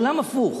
עולם הפוך.